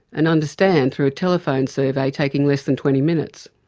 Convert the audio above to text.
and understand through a telephone survey taking less than twenty minutes.